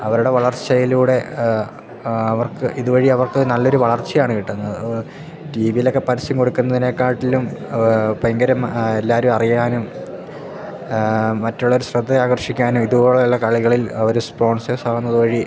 അവരുടെ വളർച്ചയിലൂടെ ആ അവർക്ക് ഇതുവഴി അവർക്ക് നല്ലൊരു വളർച്ചയാണ് കിട്ടുന്നത് ടി വിയിലൊക്കെ പരസ്യം കൊടുക്കുന്നതിനെക്കാട്ടിലും ഭയങ്കരം ആ എല്ലാവരും അറിയാനും മറ്റുള്ളവര് ശ്രദ്ധ ആകർഷിക്കാനും ഇത് പോലുള്ള കളികളിൽ അവര് സ്പോൺസേഴ്സാവുന്നതു വഴി